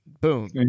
boom